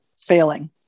failing